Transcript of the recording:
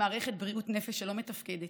מערכת בריאות נפש שלא מתפקדת,